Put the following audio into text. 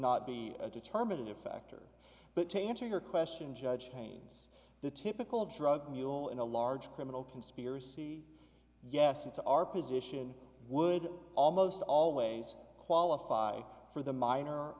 not be a determinative factor but to answer your question judge haynes the typical drug mule in a large criminal conspiracy yes into our position would almost always qualify for the minor